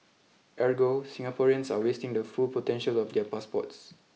ergo Singaporeans are wasting the full potential of their passports